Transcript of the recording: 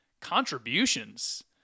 contributions